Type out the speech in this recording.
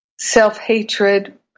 self-hatred